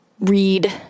read